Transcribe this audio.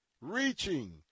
reaching